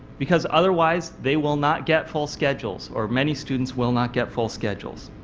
because otherwise they will not get full schedules or many students will not get full schedules.